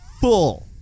full